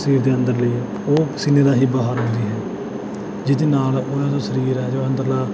ਸਰੀਰ ਦੇ ਅੰਦਰਲੀ ਹੈ ਉਹ ਪਸੀਨੇ ਰਾਹੀਂ ਬਾਹਰ ਆਉਂਦੀ ਹੈ ਜਿਹਦੇ ਨਾਲ ਉਹਦਾ ਜੋ ਸਰੀਰ ਹੈ ਜੋ ਅੰਦਰਲਾ